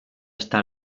está